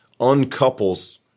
uncouples